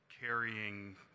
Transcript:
carrying